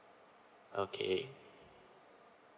okay